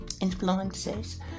influences